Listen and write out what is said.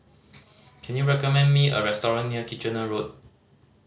can you recommend me a restaurant near Kitchener Road